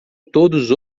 todos